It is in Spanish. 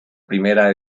primera